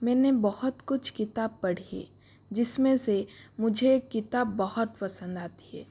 मैंने बहुत कुछ किताब पढ़ी जिसमें से मुझे किताब बहुत पसंद आती है